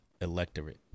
electorate